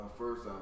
first